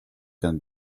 can